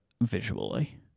visually